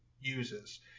uses